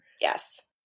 Yes